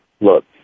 look